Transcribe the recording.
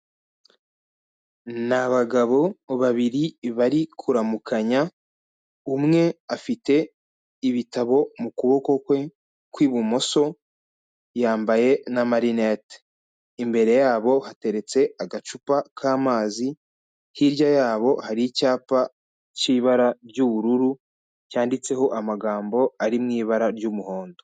Ni abagabo babiri bari kuramukanya, umwe afite ibitabo mu kuboko kwe kw'ibumoso yambaye n'amarinete, imbere yabo hateretse agacupa k'amazi, hirya yabo hari icyapa cy'ibara ry'ubururu cyanditseho amagambo ari mu ibara ry'umuhondo.